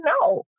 No